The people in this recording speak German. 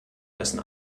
dessen